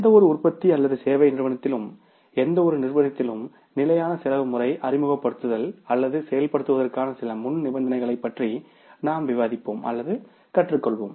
எந்தவொரு உற்பத்தி அல்லது சேவை நிறுவனத்திலும் எந்தவொரு நிறுவனத்திலும் நிலையான செலவு முறையை அறிமுகப்படுத்துதல் அல்லது செயல்படுத்துவதற்கான சில முன்நிபந்தனைகளைப் பற்றி நாம் விவாதிப்போம் கற்றுக்கொள்வோம்